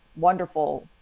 wonderful,